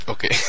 Okay